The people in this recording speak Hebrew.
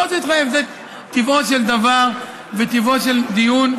טיבו של דבר וטיבו של דיון,